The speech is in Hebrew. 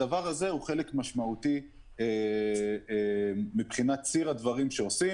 הדבר הזה הוא חלק משמעותי מבחינת ציר הדברים שעושים.